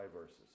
verses